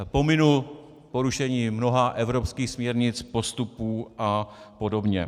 Pominu porušení mnoha evropských směrnic, postupů apod.